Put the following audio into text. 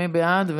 מי בעד?